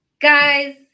Guys